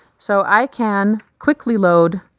so i can quickly load